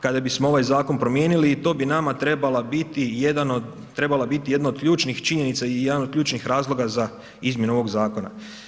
Kada bismo ovaj zakon promijenili to bi nama trebala biti jedna od ključnih činjenica i jedan od ključnih razloga za izmjenu ovog zakona.